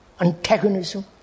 antagonism